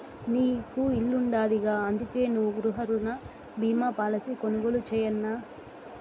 నీకు ఇల్లుండాదిగా, అందుకే నువ్వు గృహరుణ బీమా పాలసీ కొనుగోలు చేయన్నా